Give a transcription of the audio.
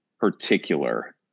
particular